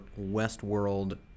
Westworld